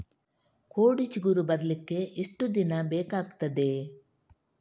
ಕೋಡು ಚಿಗುರು ಬರ್ಲಿಕ್ಕೆ ಎಷ್ಟು ದಿನ ಬೇಕಗ್ತಾದೆ?